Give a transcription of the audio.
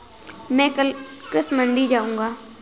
मैं कल कृषि मंडी जाऊँगा